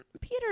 peter